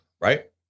right